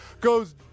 goes